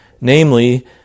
Namely